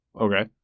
Okay